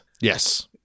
Yes